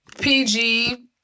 PG